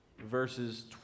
verses